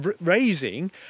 raising